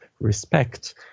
respect